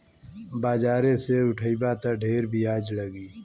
बाजारे से उठइबा त ढेर बियाज लगी